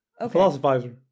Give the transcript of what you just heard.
philosophizer